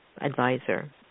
advisor